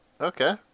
Okay